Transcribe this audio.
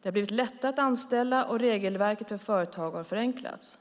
Det har blivit lättare att anställa, och regelverket för företag har förenklats.